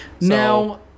Now